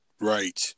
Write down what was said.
Right